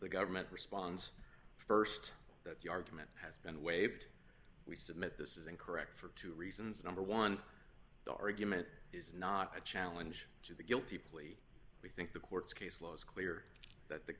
the government responds st that the argument has been waived we submit this is incorrect for two reasons number one the argument is not a challenge to the guilty plea we think the court's case law is clear that the